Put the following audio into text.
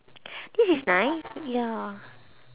this is nice ya